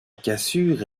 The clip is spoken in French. cassure